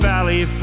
Valley